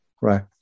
right